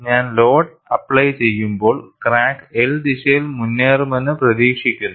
ഞാൻ load apply ചെയ്യുമ്പോൾ crack L ദിശയിൽ മുന്നേറുമെന്ന് പ്രതീക്ഷിക്കുന്നു